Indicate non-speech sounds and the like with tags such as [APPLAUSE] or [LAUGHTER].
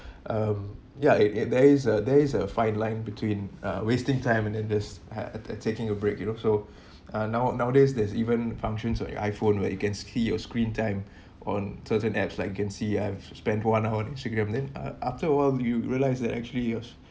um ya it it there is a there is a fine line between uh wasting time and then this had uh uh taking a break you know so [BREATH] uh now nowadays there's even functions on your iphone where you can see your screen time [BREATH] on certain apps like I can see I've spent one hour on instagram then uh after a while you'll realise that actually yours